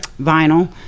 vinyl